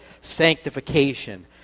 sanctification